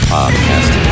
Podcast